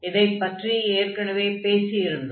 இதைப் பற்றி எற்கெனவே பேசியிருந்தோம்